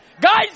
Guys